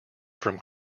from